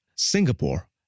Singapore